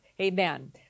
Amen